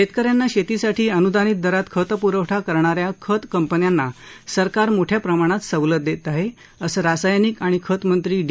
शेतक यांना शेतीसाठी अनुदानित दरात खतपुरवठा करणा या खत कंपन्यांना सरकार मोठ्या प्रमाणात सवलत देत आहे असं रासायनिक आणि खत मंत्री डी